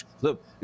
look